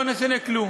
לא נשנה כלום.